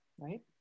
right